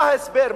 מה ההסבר?